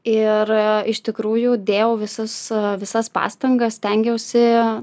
ir iš tikrųjų dėjau visas visas pastangas stengiausi